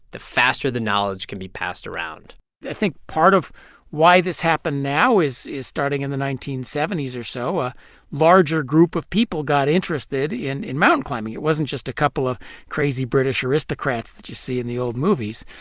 the faster the knowledge can be passed around i think part of why this happened now is, starting in the nineteen seventy s or so, a larger group of people got interested in in mountain climbing. it wasn't just a couple of crazy british aristocrats that you see in the old movies.